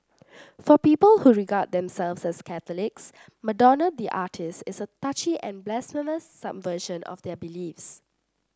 for people who regard themselves as Catholics Madonna the artiste is a touchy and blasphemous subversion of their beliefs